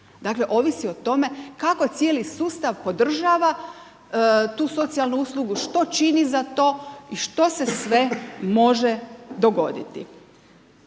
Dakle, ovisi o tome kako cijeli sustav podržava tu socijalnu uslugu, što čini za to i što se sve može dogoditi.